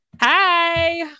Hi